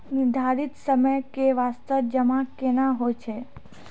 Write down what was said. निर्धारित समय के बास्ते जमा केना होय छै?